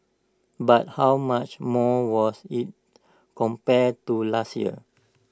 but how much more was IT compared to last year